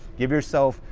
give yourself,